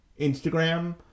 Instagram